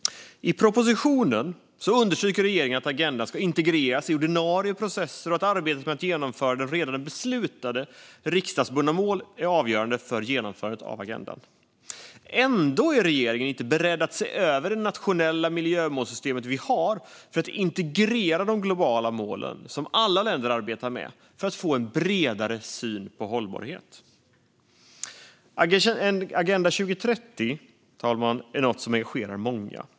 I propositionen understryker regeringen att agendan ska integreras i ordinarie processer och att arbetet med att genomföra redan beslutade riksdagsbundna mål är avgörande för genomförandet av agendan. Ändå är regeringen inte beredd att se över det nationella miljömålssystem som vi har för att integrera den globala målen, som alla länder arbetar med, för att få en bredare syn på hållbarhet. Fru talman! Agenda 2030 är något som engagerar många.